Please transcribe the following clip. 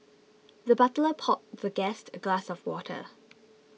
the butler poured the guest a glass of water